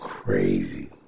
Crazy